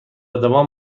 دوام